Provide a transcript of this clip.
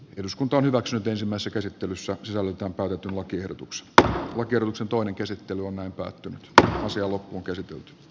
eduskunta hyväksyy pesemässä käsittelyssä sovitaan palkatun lakiehdotuksesta on kierroksen toinen käsittely on vain pääty tähän asti on loppuunkäsitelty